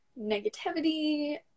negativity